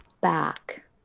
back